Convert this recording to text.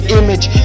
image